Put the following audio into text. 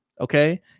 okay